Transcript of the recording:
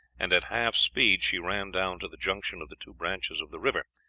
and at half speed she ran down to the junction of the two branches of the river,